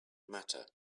matter